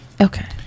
okay